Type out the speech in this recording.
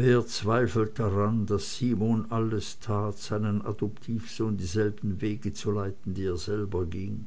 wer zweifelt daran daß simon alles tat seinen adoptivsohn dieselben wege zu leiten die er selber ging